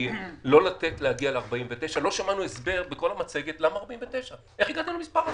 לא שמענו הסבר בכל המצגת למספר 49. איך הגעתם למספר הזה?